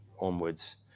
onwards